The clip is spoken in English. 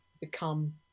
become